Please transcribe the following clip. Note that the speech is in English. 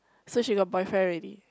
so she got boyfriend already